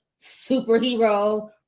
superhero